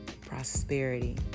prosperity